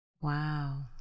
Wow